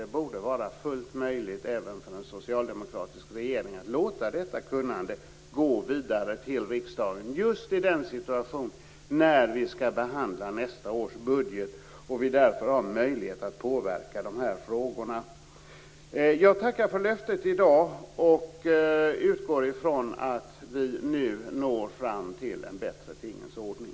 Det borde vara fullt möjligt även för en socialdemokratisk regering att låta detta kunnande gå vidare till riksdagen just i den situation då vi skall behandla nästa års budget och vi därför har möjlighet att påverka de här frågorna. Jag tackar för löftet i dag, och jag utgår från att vi nu når fram till en bättre tingens ordning.